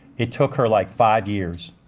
it took her like five years.